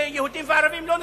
שיהודים וערבים לא נוסעים,